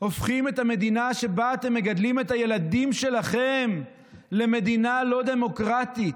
הופכים את המדינה שבה אתם מגדלים את הילדים שלכם למדינה לא דמוקרטית.